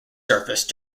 surface